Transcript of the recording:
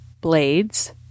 blades